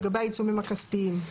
לגבי העיצומים הכספיים.